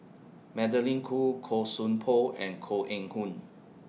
Magdalene Khoo Koon Song Poh and Koh Eng Hoon